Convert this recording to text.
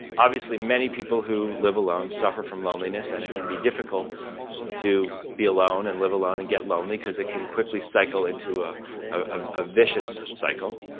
obviously many people who live alone suffer from loneliness and it can be difficult to be alone and live alone and be lonely, because it can quickly cycle into a ah ah vicious cycle.